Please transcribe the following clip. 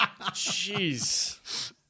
Jeez